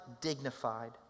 dignified